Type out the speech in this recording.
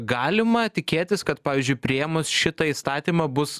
galima tikėtis kad pavyzdžiui priėmus šitą įstatymą bus